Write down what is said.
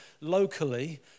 locally